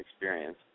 experience